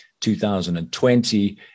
2020